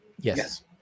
Yes